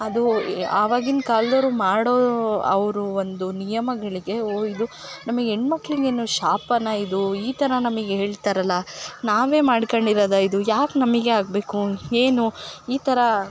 ಅದು ಆವಾಗಿನ ಕಾಲ್ದೊರು ಮಾಡೋ ಅವರು ಒಂದು ನಿಯಮಗಳಿಗೆ ಓ ಇದು ನಮಗ್ ಹೆಣ್ ಮಕ್ಕಳಿಗೇನು ಶಾಪನ ಇದು ಈ ಥರ ನಮಗ್ ಹೇಳ್ತಾರಲ್ಲ ನಾವೇ ಮಾಡ್ಕೊಂಡಿರೋದ ಇದು ಯಾಕೆ ನಮಗೆ ಆಗಬೇಕು ಏನು ಈ ಥರ